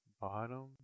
Bottom